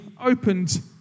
opened